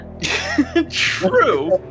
True